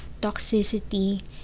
toxicity